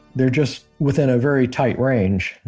they're just within a very tight range,